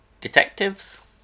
detectives